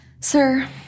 Sir